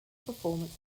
performance